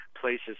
places